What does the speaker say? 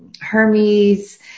Hermes